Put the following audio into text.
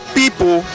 people